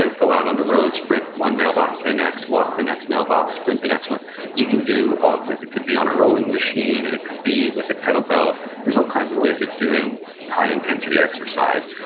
ah go out on the road sprint one mailbox to the next, walk the next mailbox, sprint the next one you could do all. it could be on a rowing machine, it could be with a kettle bell. there's all kinds of ways of doing high intensity exercise.